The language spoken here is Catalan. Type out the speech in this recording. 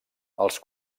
els